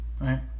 Right